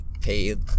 paid